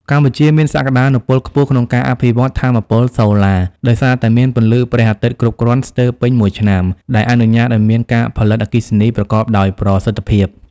កម្ពុជាមានសក្តានុពលខ្ពស់ក្នុងការអភិវឌ្ឍថាមពលសូឡា ដោយសារតែមានពន្លឺព្រះអាទិត្យគ្រប់គ្រាន់ស្ទើរពេញមួយឆ្នាំ ដែលអនុញ្ញាតឱ្យមានការផលិតអគ្គិសនីប្រកបដោយប្រសិទ្ធភាព។